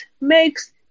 makes